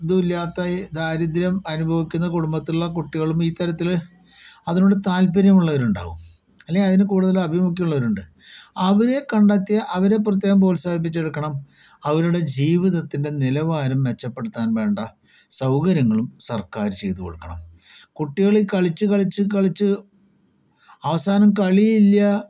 ഇതുല്യാത്ത ദാരിദ്ര്യം അനുഭവിക്കുന്ന കുടുംബത്തിലുള്ള കുട്ടികളും ഈ തരത്തില് അതിനോട് താല്പര്യമുള്ളവരുണ്ടാകും അല്ലെങ്കിൽ അതിന് കൂടുതല് ആഭിമുഖ്യം ഉള്ളവരുണ്ട് അവരെ കണ്ടെത്തി അവരെ പ്രത്യേകം പ്രോത്സാഹിപ്പിച്ചെടുക്കണം അവരുടെ ജീവിതത്തിൻ്റെ നിലവാരം മെച്ചപ്പെടുത്താൻ വേണ്ട സൗകര്യങ്ങളും സർക്കാർ ചെയ്ത് കൊടുക്കണം കുട്ടികളീ കളിച്ച് കളിച്ച് കളിച്ച് അവസാനം കളിയില്ല